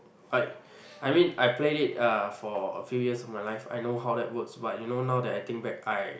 quite I mean I played it uh for a few years of my life I know how that works but you know now I think back I